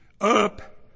Up